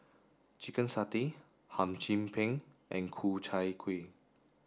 chicken satay Hum Chim Peng and Ku Chai Kuih